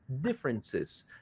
differences